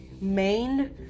main